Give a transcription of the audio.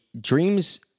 dreams